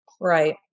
right